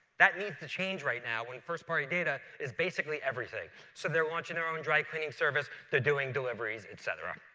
that needs to change right now when first-party data is basically everything. so they're launching their own dry cleaning service to doing deliveries, et cetera.